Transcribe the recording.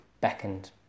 beckoned